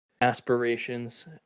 aspirations